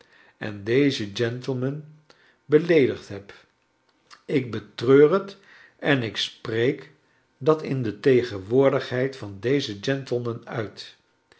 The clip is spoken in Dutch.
en dezen gentleman beleedigd hebt ik betreur het en ik spreek dat in tegenwoordigheid van dezen gentleman uit